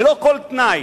ללא כל תנאי,